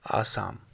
Assam